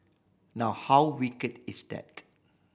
now how wicked is that